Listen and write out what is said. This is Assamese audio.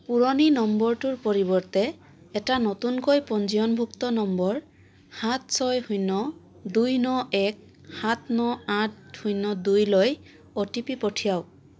পুৰণি নম্বৰটোৰ পৰিৱৰ্তে এটা নতুনকৈ পঞ্জীয়নভুক্ত নম্বৰ সাত ছয় শূন্য দুই ন এক সাত ন আঠ শূন্য দুইলৈ অ'টিপি পঠিয়াওক